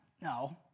No